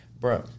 Bro